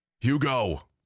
Hugo